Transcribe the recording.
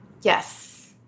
yes